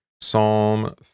Psalm